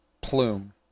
plume